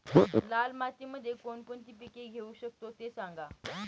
लाल मातीमध्ये कोणकोणती पिके घेऊ शकतो, ते सांगा